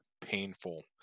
painful